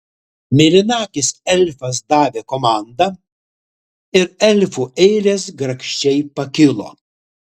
mėlynakis elfas davė komandą ir elfų eilės grakščiai pakilo